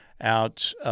out